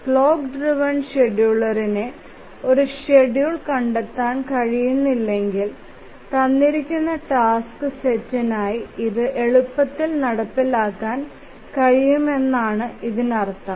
clock driven ഷെഡ്യൂളറിന് ഒരു schedule കണ്ടെത്താൻ കഴിയുന്നില്ലെങ്കിലും തന്നിരിക്കുന്ന ടാസ്ക് സെറ്റിനായി ഇത് എളുപ്പത്തിൽ നടപ്പിലാക്കാൻ കഴിയുമെന്നാണ് ഇതിനർത്ഥം